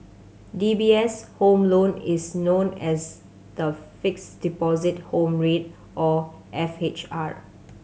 D B S Home Loan is known as the Fixed Deposit Home Rate or F H R